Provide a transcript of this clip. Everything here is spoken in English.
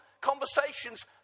conversations